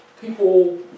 People